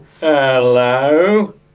Hello